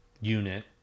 unit